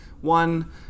One